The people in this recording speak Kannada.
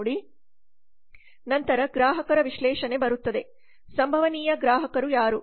ನಂತರ ಗ್ರಾಹಕರ ವಿಶ್ಲೇಷಣೆ ಬರುತ್ತದೆ ಸಂಭವನೀಯ ಗ್ರಾಹಕರು ಯಾರು